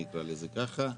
נקרא לזה כך.